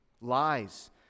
lies